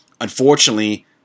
unfortunately